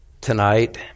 tonight